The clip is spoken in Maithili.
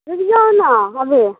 अबि जाउ ने अभी